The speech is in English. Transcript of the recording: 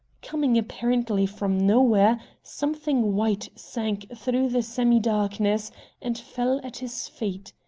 coming apparently from nowhere, something white sank through the semi-darkness and fell at his feet.